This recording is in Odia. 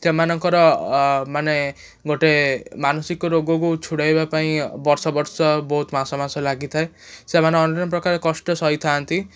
ସେମାନଙ୍କର ମାନେ ଗୋଟେ ମାନସିକ ରୋଗକୁ ଛୁଡ଼ାଇବା ପାଇଁ ବର୍ଷ ବର୍ଷ ବହୁତ ମାସ ମାସ ଲାଗିଥାଏ ସେମାନେ ଅନେକପ୍ରକାର କଷ୍ଟ ସହିଥାନ୍ତି